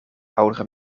oudere